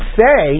say